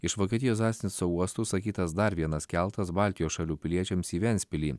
iš vokietijos zasnico uosto užsakytas dar vienas keltas baltijos šalių piliečiams į ventspilį